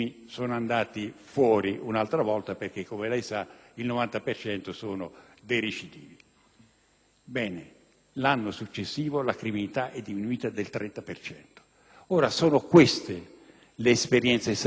Ebbene, l'anno successivo la criminalità è diminuita del 30 per cento. Sono queste le esperienze serie di cui bisogna tenere conto e non le chiacchiere che si fanno ad